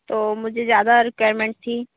तो मुझे ज़्यादा रिक्वायरमेंट थी